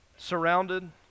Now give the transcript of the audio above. surrounded